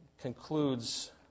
concludes